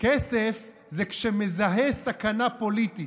זה כשמזהה סכנה פוליטית.